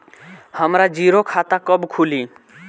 हमरा जीरो खाता कब खुली?